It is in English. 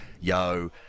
Yo